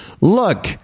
look